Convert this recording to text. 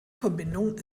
verbindung